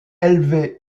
élevé